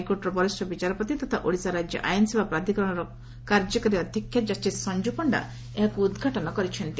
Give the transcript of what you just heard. ହାଇକୋର୍ଟର ବରିଷ୍ ବିଚାରପତି ତଥା ଓଡ଼ିଶା ରାଜ୍ୟ ଆଇନସେବା ପ୍ରାଧିକରଣର କାର୍ଯ୍ୟକାରୀ ଅଧ୍ୟକ୍ଷା ଜଷିସ୍ ସଞ୍ଞୁ ପଣ୍ତା ଏହାକୁ ଉଦ୍ଘାଟନ କରିଛନ୍ତି